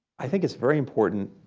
i think it's very important,